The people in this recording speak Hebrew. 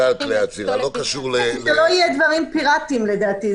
השאלה האם הפריסה של מתקני המיחזור היא באמת פריסה הגיונית?